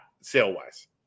sale-wise